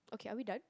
okay are we done